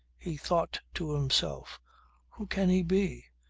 he thought to himself who can he be?